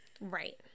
Right